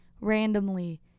randomly